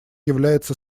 является